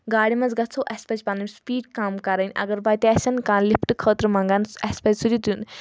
گاڑِ منٛز گژھو اَسہِ پَزِ پَنٕنۍ سِپیٖڈ کَم کَرٕنۍ اگر وَتہِ آسان کانٛہہ لِفٹہٕ خٲطرٕ منٛگان اَسہِ پَزِ سُہ تہِ دیُن